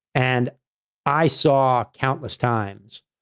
and i saw countless times,